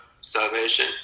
salvation